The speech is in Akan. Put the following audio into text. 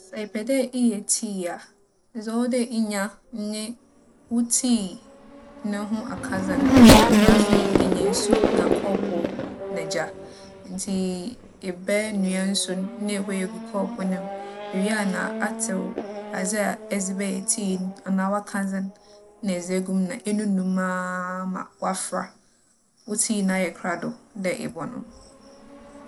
Sɛ epɛ dɛ eyɛ tii a, dza ͻwͻ dɛ inya nye wo tii no ho akadze no. Na afei, eenya nsu na kͻͻpoow na gya. Ntsi ebɛnoa nsu no, na ehue egu kͻͻpoow no mu. Iwie a na atsew adze a edze bɛyɛ tii no anaa w'akadze no, na edze egu mu na enunu mu ara ma wͻafora. Wo tii no ayɛ krado dɛ ebͻnom.